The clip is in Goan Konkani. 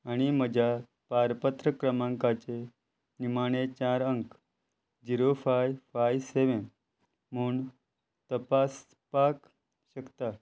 आनी म्हज्या पारपत्र क्रमांकाचे निमाणे चार अंक झिरो फाय फाय सॅवॅन म्हूण तपासपाक शकता